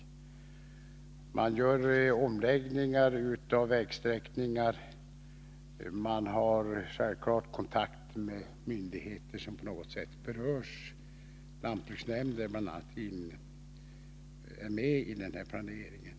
Verket gör omläggningar av vägsträckningar och har självfallet kontakt med de myndigheter som på något sätt berörs — bl.a. lantbruksnämnden är med i den här planeringen.